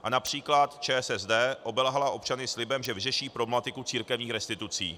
A například ČSSD obelhala občany slibem, že vyřeší problematiku církevních restitucí.